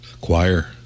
Choir